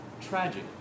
tragic